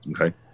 Okay